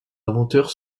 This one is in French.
inventeur